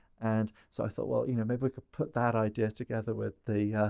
and so, i thought, well, you know, maybe we could put that idea together with the,